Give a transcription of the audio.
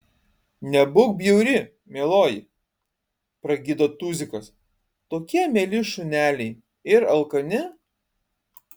nebūk bjauri mieloji pragydo tuzikas tokie mieli šuneliai ir alkani